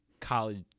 college